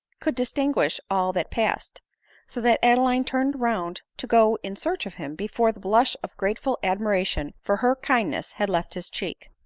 could distinguish all that passed so that adeline turned round to go in search of him, before the blush of grateful admiration for her kindness had left his cheek.